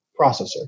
processor